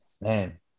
Man